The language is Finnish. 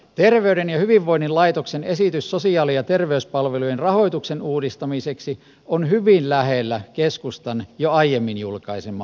terveyden ja hyvinvoinnin laitoksen esitys sosiaali ja terveyspalvelujen rahoituksen uudistamiseksi on hyvin lähellä keskustan jo aiemmin julkaisemaa rahoitusvaihtoehtoa